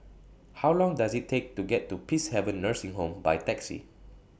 How Long Does IT Take to get to Peacehaven Nursing Home By Taxi